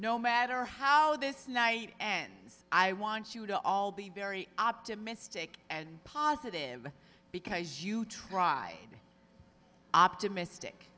no matter how this night and i want you to all be very optimistic and positive because you try optimistic